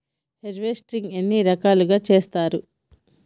Harvesting ఎన్ని రకాలుగా చేస్తరు?